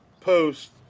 post